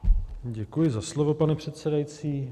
Děkuji za slovo, pane předsedající.